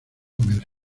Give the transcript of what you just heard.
comencé